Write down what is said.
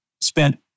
spent